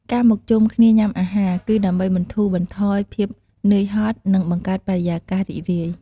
ការមកជុំគ្នាញ៉ាំអាហារ គឺដើម្បីបន្ធូរបន្ថយភាពនឿយហត់ និងបង្កើតបរិយាកាសរីករាយ។